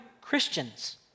Christians